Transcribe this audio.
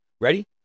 ready